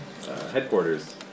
headquarters